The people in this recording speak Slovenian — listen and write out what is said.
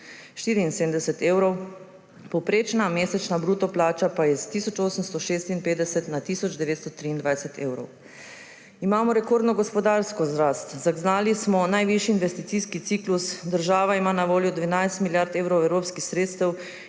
74 evrov, povprečna mesečna bruto plača pa s tisoč 856 na tisoč 923 evrov. Imamo rekordno gospodarsko rast. Zaznali smo najvišji investicijski ciklus. Država ima na voljo 12 milijard evrov evropskih sredstev